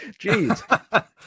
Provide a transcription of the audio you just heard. Jeez